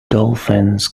dolphins